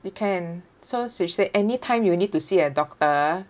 they can source she said anytime you need to see a doctor